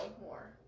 more